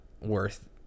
worth